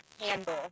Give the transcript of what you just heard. handle